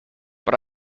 but